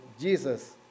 Jesus